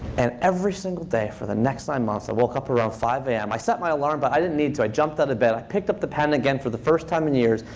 and every single day for the next nine months, i woke up around five zero am. i set my alarm, but i didn't need to. i jumped out of bed. i picked up the pen again for the first time in years,